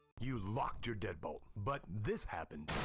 you locked your deadbolt, but this happened.